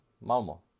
Malmo